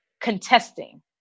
contesting